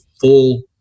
full